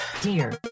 dear